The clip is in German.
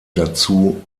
dazu